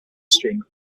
stream